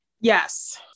Yes